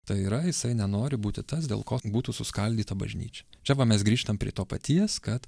tai yra jisai nenori būti tas dėl ko būtų suskaldyta bažnyčia čia va mes grįžtam prie to paties kad